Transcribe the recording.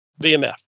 VMF